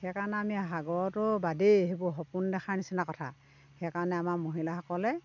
সেইকাৰণে আমি সাগৰতো বাদেই সেইবোৰ সপোন দেখাৰ নিচিনা কথা সেইকাৰণে আমাৰ মহিলাসকলে